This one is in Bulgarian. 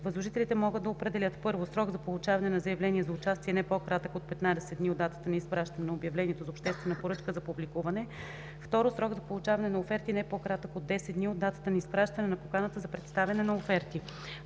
възложителите могат да определят: 1. срок за получаване на заявления за участие - не по-кратък от 15 дни от датата на изпращане на обявлението за обществена поръчка за публикуване; 2. срок за получаване на оферти – не по-кратък от 10 дни от датата на изпращане на поканата за представяне на оферти.